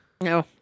No